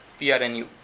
PRNU